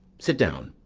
sit down,